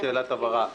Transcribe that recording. שאלת הבהרה.